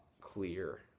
clear